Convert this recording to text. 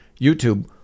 YouTube